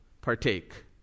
partake